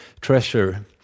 treasure